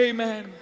Amen